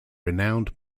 renowned